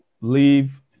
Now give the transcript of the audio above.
leave